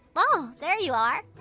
oh! there you are!